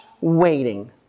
waiting